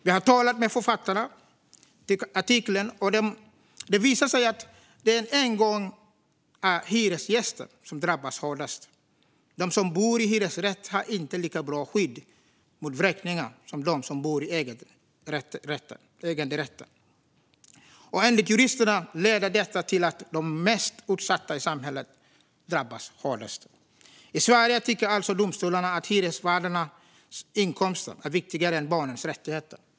Vi har talat med författarna till artikeln, och det visar sig att det än en gång är hyresgäster som drabbas hårdast. De som bor i hyresrätt har inte lika bra skydd mot vräkningar som de som bor i äganderätter, och enligt juristerna leder detta till att de mest utsatta i samhället drabbas hårdast. I Sverige tycker alltså domstolarna att hyresvärdarnas inkomster är viktigare än barnens rättigheter.